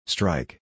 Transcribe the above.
Strike